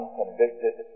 convicted